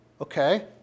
Okay